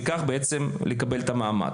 וכך בעצם לקבל את המעמד.